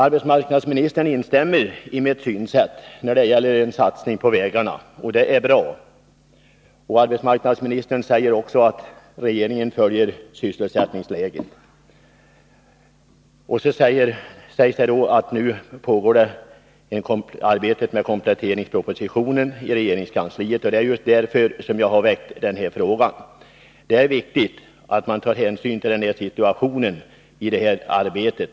Arbetsmarknadsministern instämmer i mitt synsätt när det gäller en satsning på vägarna. Det är bra. Arbetsmarknadsministern säger också att regeringen följer sysselsättningsläget och att arbetet med kompletteringspropositionen nu pågår i regeringskansliet. Det är just därför som jag har ställt denna fråga. Det är viktigt att man i detta arbete tar hänsyn till situationen i Värmland.